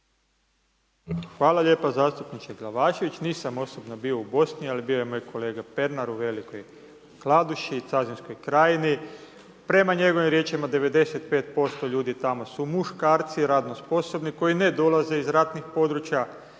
Hvala lijepa zastupniče Glavašević, nisam osobno bio u Bosni, ali bio je moj kolega Pernar u Velikoj Kladuši, Cazinskoj krajini. Prema njegovim riječima 95% ljudi tamo su muškarci, radno sposobni, koji ne dolaze iz ratnih područja.